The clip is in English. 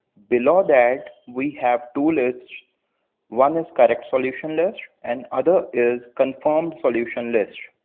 below that, we have two lists one is correct solution list and other is confirmed solution list.